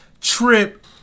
trip